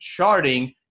sharding